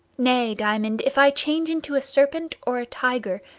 nay, diamond, if i change into a serpent or a tiger,